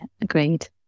Agreed